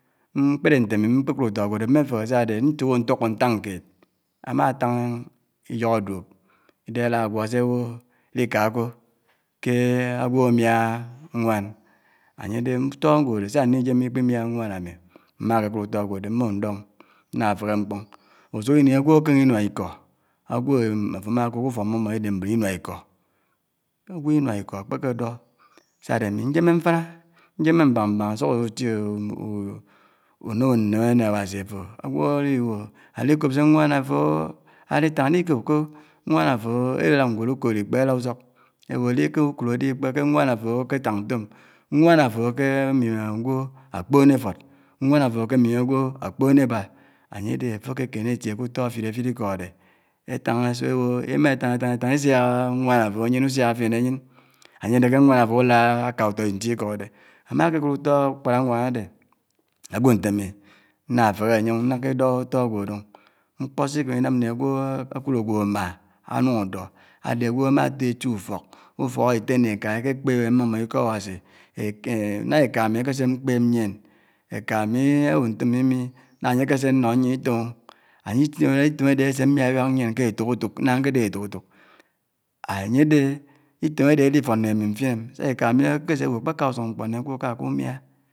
. nkpèdè ntè mi, mkpèkud utò ágwò ádè mè fèhè sà ade ntibò ntukó ntáng kèed, ámátáng iyòhò duòb. Idèhè álá gwó sè bò. li kaa kò kè ágwò ámià nwaán ánye dè utó ágwò dè sá ndi yèmè ikpi mĩà nwàn ámi, mà kè kud utò ágwò ádè mbòhò ndó na fèhè mkpòng usuk ini ágwò ákèng inuá ikó, ágwò áfò ámá kud k'ufòk ámmò mò ádè mbòn inuá ikó, ágwò inuá ikó ákpèkè dó sà ádè ámi njèmmè mfáná, njèmmè mbáng mbáng ásuk átiè anèmè nnèmè nè Áwási àfò ágwò àli bò ali kòb sè nwàan àfò aditàng á di kob kó nwaán áfò èlilàd nwèd ukòd ikpè, élád usòk ébò li kè ákud ádi ikpè kè nwàan àfò ákètáng ntòm nwaán àfò ákè mièm ágwò ákpòn éfud, nwán áfò ákè mièm ágwò ákpòn ébà, ányè dè àfò ákè kènè átiè kè utó áfid áfid ikó ádè, étàng ésuk ébò émà táng, itáng, itáng, ésuk ésiàk nwàan àfò áyiñ, usiák fién ayiñ ányè dè kè nwán àfò ulàd áká utó itiè ikó ádè, ámákè kud utò ákpárá áwán ádè, ágwò ntè ámi nà féhé ányè o ndákè dó utò ágwò ádè o. Mkpó sé ikémé inám ná ágwò ákud ágwò ámà ánung ádò, ádè àgwò ámà tò éti ufòk, ufòk étté nè ékà ékè kpèbè mmò mò ikò Áwási. Ná ékà ámi ákèsè mkpéb mién, ékà ámi ábo ntó mmi mi, ná ányè ákèsè nó nyién itèm o ányè itè, itèm ádè ásè mbiábiák nyién ké ètòk ètòk nághá nkè dèhè ètòk ètòk. Ányè dè, itèm ádè ádifòn mmè ámi mfin m sá ékà ámi ákìsè bò kpèkà usung mkpò nè ágwò áká ákumiá.